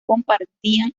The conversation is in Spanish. compartían